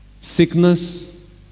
sickness